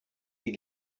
sie